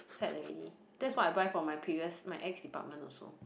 set already that's what I buy for my previous my ex department also